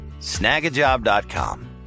snagajob.com